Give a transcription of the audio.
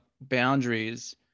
boundaries